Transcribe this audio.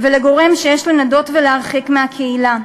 ולגורם שיש לנדות ולהרחיק מהקהילה.